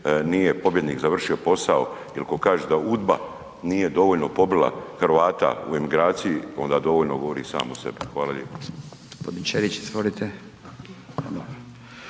nije pobjednik završio posao jel ko kaže da udba nije dovoljno pobila Hrvata u emigraciji onda dovoljno govori samo za sebe. Hvala lijepa.